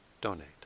donate